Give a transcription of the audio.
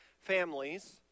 families